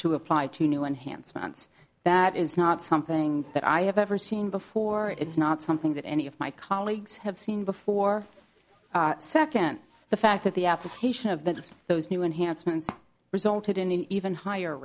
to apply to new enhancements that is not something that i have ever seen before it's not something that any of my colleagues have seen before second the fact that the application of that those new enhancements resulted in an even higher